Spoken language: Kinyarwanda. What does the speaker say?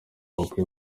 bakuye